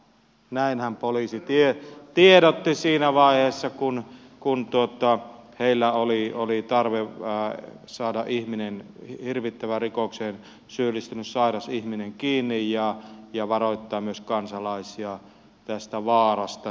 näinhän poliisi tiedotti siinä vaiheessa kun heillä oli tarve saada ihminen hirvittävään rikokseen syyllistynyt sairas ihminen kiinni ja varoittaa myös kansalaisia tästä vaarasta